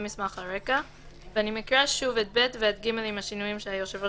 אקריא שוב את (ב) ו-(ג) עם השינויים שהיושב-ראש